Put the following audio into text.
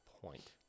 point